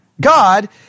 God